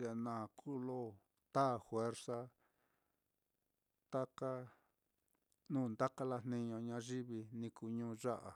ye naá kuu ye lo taa juerza taka nuu nda kalajniño ñayivi, ni kuu ñuu ya á.